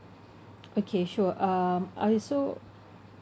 okay sure um I also